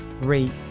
rate